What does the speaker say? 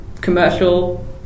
commercial